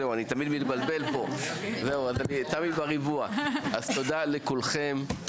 אז תודה לכולכם,